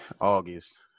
August